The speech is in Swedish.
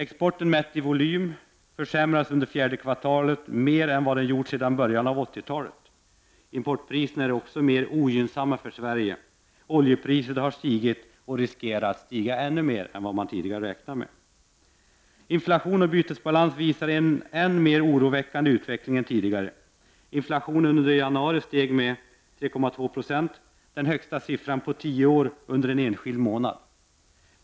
Exporten — mätt i volym — sjönk under fjärde kvartalet mer än vad den gjort sedan början av 80-talet. Importpriserna är också mer ogynnsamma för Sverige. Oljepriset har stigit och riskerar att stiga än mer. Inflation och bytesbalans visar en mer oroväckande utveckling än tidigare. Inflationen steg i januari med 3,2 procentenheter — den högsta siffran på tio år under en enskild månad.